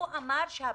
הוא לא אמר שאין בעיה.